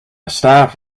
staff